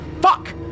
Fuck